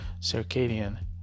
circadian